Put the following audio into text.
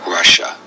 Russia